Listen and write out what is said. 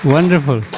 Wonderful